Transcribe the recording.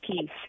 peace